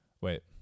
wait